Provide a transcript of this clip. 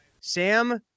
Sam